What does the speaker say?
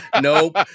Nope